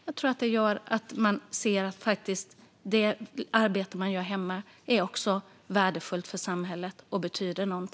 Jag tror att det skulle göra att man såg att det arbete som görs hemma också är värdefullt för samhället och betyder något.